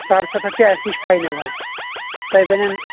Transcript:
ساڑ سَتھ حظ چھِ اَسہِ نِش فاینَل حظ تۄہہِ بَنٮ۪ن